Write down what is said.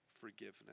forgiveness